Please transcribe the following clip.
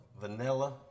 vanilla